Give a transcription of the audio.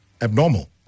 abnormal